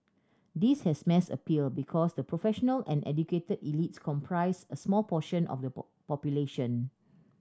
this has mass appeal because the professional and educated elites comprise a small portion of the population